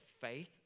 faith